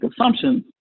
assumptions